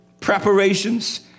preparations